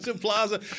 Plaza